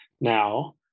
now